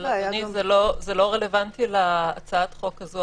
זה לא רלוונטי להצעת החוק הזו.